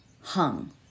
hung